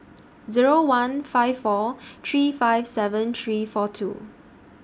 Zero one five four three five seven three four two